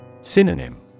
Synonym